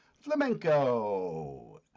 flamenco